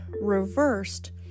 reversed